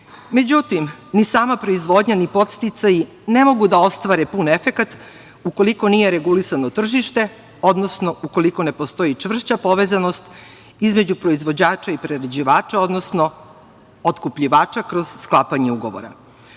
ni sama proizvodnja ni podsticaji ne mogu da ostvare pun efekat, ukoliko nije regulisano tržište, odnosno ukoliko ne postoji čvršća povezanost između proizvođača i prerađivača, odnosno otkupljivača kroz sklapanje ugovora. Ovde